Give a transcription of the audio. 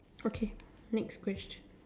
okay next question